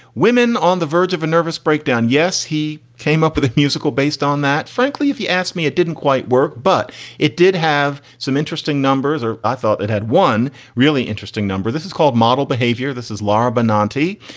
women on the verge of a nervous breakdown. yes, he came up with a musical based on that. frankly, if you asked me, it didn't quite work, but it did have some interesting numbers or i thought it had one really interesting number. this is called model behavior. this is laura benanti.